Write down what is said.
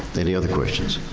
any other questions?